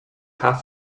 half